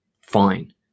Fine